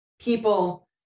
people